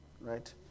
right